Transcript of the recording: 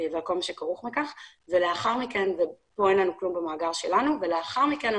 במקום שכרוך בכך ולאחר מכן כאן אין לנו כלום במאגר שלנו אנחנו